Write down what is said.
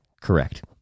correct